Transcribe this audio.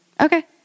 okay